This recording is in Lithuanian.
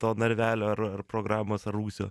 to narvelio ar ar programos ar rūsio